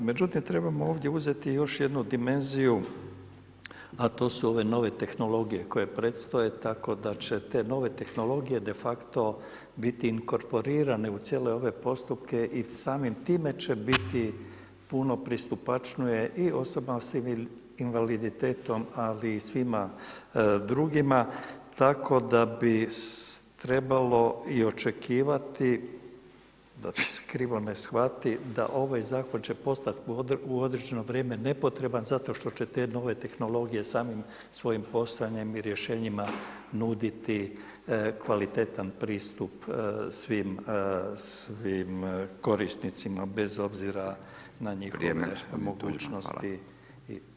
Međutim, trebamo ovdje uzeti još jednu dimenziju a to su ove nove tehnologije koje predstoje, tako da će te nove tehnologije de facto biti inkorporirane u cijele ove postupke i samim time će biti puno pristupačnije i osoba s invaliditetom, ali i svima drugima, tako da bi trebalo i očekivati, da me se krivo ne shvati, da ovaj Zakon će postati u određeno vrijeme nepotreban zato što će te nove tehnologije samim svojim postojanjem i rješenjima nuditi kvalitetan pristup svim korisnicima, bez obzira na njihovo mogućnosti.